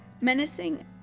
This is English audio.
Menacing